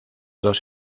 dos